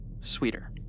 sweeter